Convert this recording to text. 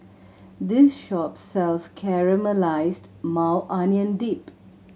this shop sells Caramelized Maui Onion Dip